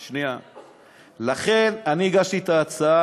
שנייה, דקה.